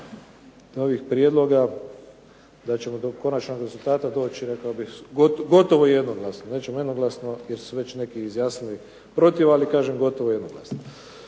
Svaka vam